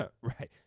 right